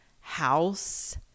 House